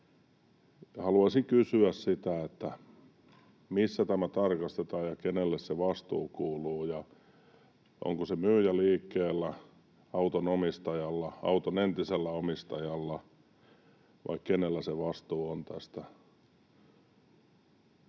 haluaisin kysyä, että missä tämä tarkastetaan ja kenelle se vastuu kuuluu. Onko se myyjäliikkeellä, auton omistajalla, auton entisellä omistajalla, vai kenellä se vastuu on tästä?